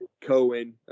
Cohen